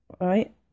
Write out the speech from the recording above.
right